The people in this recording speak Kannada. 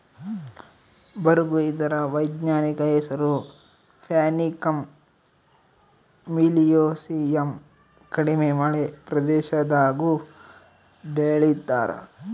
ಬರುಗು ಇದರ ವೈಜ್ಞಾನಿಕ ಹೆಸರು ಪ್ಯಾನಿಕಮ್ ಮಿಲಿಯೇಸಿಯಮ್ ಕಡಿಮೆ ಮಳೆ ಪ್ರದೇಶದಾಗೂ ಬೆಳೀತಾರ